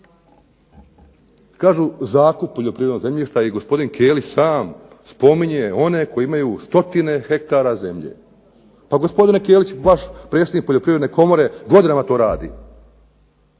Kažu zakup poljoprivrednog zemljišta i gospodin Kelić sam spominje one koji imaju stotine hektara zemlje. Pa gospodine Kelić vaš predsjednik Poljoprivredne komore godinama to radi,